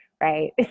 right